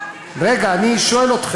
אבל אני אמרתי לך, זה יקרה.